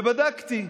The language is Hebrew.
ובדקתי,